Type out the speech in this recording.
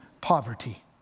poverty